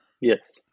Yes